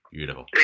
Beautiful